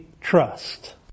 trust